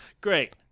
Great